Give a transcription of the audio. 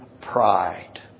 pride